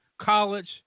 College